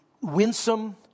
winsome